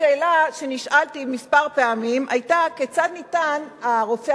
השאלה שנשאלתי כמה פעמים היתה כיצד הפסיכיאטר